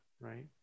right